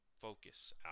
focus